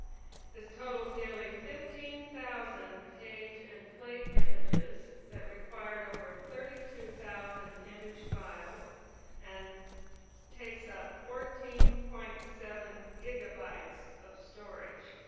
this totals nearly fifteen thousand page and plate images that required over thirty two thousand image files and takes up fourteen point seven gigabytes of storage.